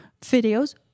videos